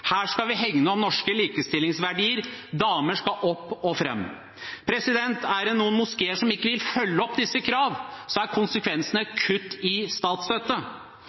Her skal vi hegne om norske likestillingsverdier: Damer skal opp og fram. Er det noen moskeer som ikke vil følge opp disse kravene, er konsekvensene kutt i